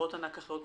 חברות ענק אחרות,